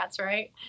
right